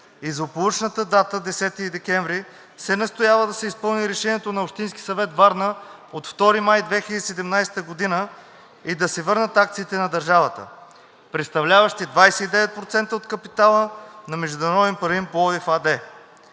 и злополучната дата 10 декември – се настоява да се изпълни решението на Общински съвет – Варна, от 2 май 2017 г. и да се върнат акциите на държавата, представляващи 29% от капитала на Международен панаир